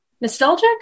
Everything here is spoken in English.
nostalgic